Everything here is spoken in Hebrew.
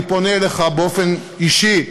אני פונה אליך באופן אישי,